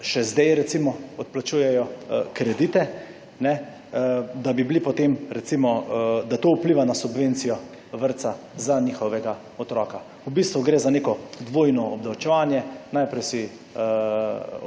še zdaj recimo odplačujejo kredite, da bi bili potem recimo, da to vpliva na subvencijo vrtca za njihovega otroka. V bistvu gre za neko dvojno obdavčevanje: najprej si